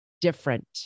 different